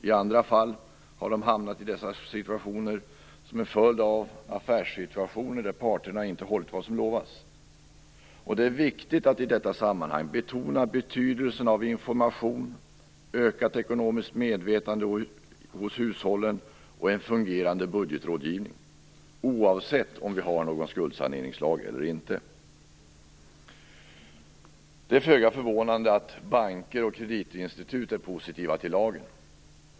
I andra fall har det handlat om affärssituationer, där parterna inte hållit vad som lovats. Det är viktigt att i detta sammanhang betona betydelsen av information, ökat ekonomiskt medvetande hos hushållen och en fungerande budgetrådgivning, oavsett om vi har någon skuldsaneringslag eller inte. Det är föga förvånande att banker och kreditinstitut är positiva till lagen.